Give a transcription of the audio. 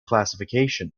classification